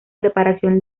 preparación